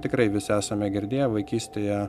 tikrai visi esame girdėję vaikystėje